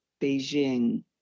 Beijing